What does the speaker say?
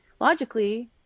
logically